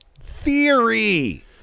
theory